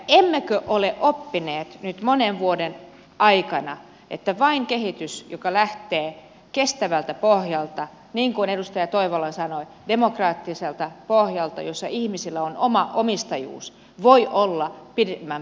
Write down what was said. emmekö ole oppineet nyt monen vuoden aikana että vain kehitys joka lähtee kestävältä pohjalta niin kuin edustaja toivola sanoi demokraattiselta pohjalta jossa ihmisillä on oma omistajuus voi olla pidemmän päälle tuloksellista